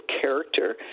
character